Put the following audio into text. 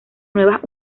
nuevas